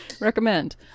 recommend